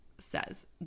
says